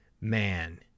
man